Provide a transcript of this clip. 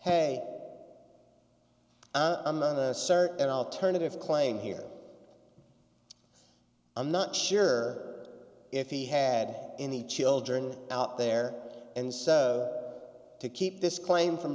hey i'm a cert an alternative claim here i'm not sure if he had any children out there and so to keep this claim from